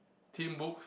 teen books